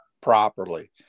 properly